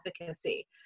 advocacy